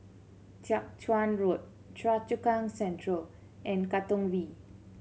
Jiak Chuan Road Choa Chu Kang Central and Katong V